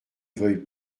veuille